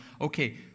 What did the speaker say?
okay